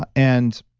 ah and